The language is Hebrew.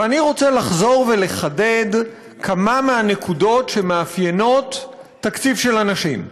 ואני רוצה לחזור ולחדד כמה מהנקודות שמאפיינות תקציב של אנשים.